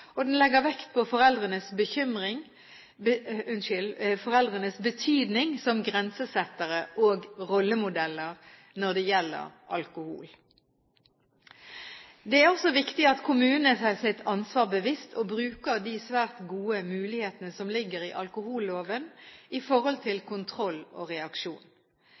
og den legger vekt på foreldrenes betydning som grensesettere og rollemodeller når det gjelder alkohol. Det er også viktig at kommunene er seg sitt ansvar bevisst, og bruker de svært gode mulighetene for kontroll og reaksjon som ligger i alkoholloven. Vi har satt i gang en rekke tiltak for å øke kunnskapen om og